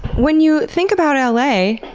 when you think about l a,